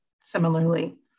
similarly